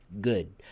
good